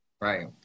Right